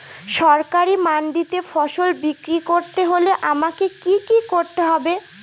সরকারি মান্ডিতে ফসল বিক্রি করতে হলে আমাকে কি কি করতে হবে?